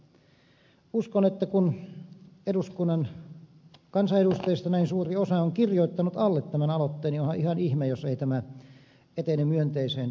uskon että kun eduskunnan kansanedustajista näin suuri osa on kirjoittanut alle tämän aloitteen niin onhan ihan ihme jos ei tämä etene myönteiseen päätökseen